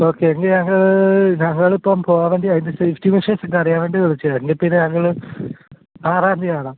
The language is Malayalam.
ഓക്കെ എങ്കിൽ ഞങ്ങള് ഞങ്ങളിപ്പോൾ പോകാൻ വേണ്ടി അതിൻ്റെ സേഫ്റ്റി മെഷേഴ്സൊക്കെ അറിയാന് വേണ്ടി വിളിച്ചതാണ് എങ്കിൽ പിന്നെ ഞങ്ങള് ആറാം തിയതി കാണാം